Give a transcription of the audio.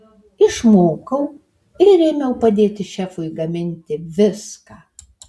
išmokau ir ėmiau padėti šefui gaminti viską